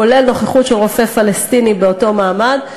כולל נוכחות של רופא פלסטיני באותו מעמד,